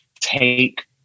take